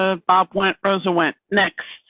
ah bob went rosa went next